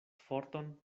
forton